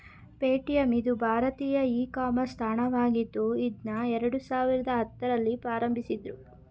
Paytm ಇದು ಭಾರತೀಯ e commerce ತಾಣವಾಗಿದ್ದು ಇದ್ನಾ ಎರಡು ಸಾವಿರದ ಹತ್ತುರಲ್ಲಿ ಪ್ರಾರಂಭಿಸಿದ್ದ್ರು